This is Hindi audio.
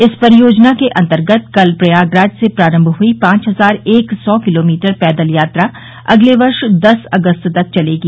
इस परियोजना के अन्तर्गत कल प्रयागराज से प्रारम्भ हुई पांच हजार एक सौ किलोमीटर पैदल यात्रा अगले वर्ष दस अगस्त तक चलेगी